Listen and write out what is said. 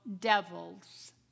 devils